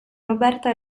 roberta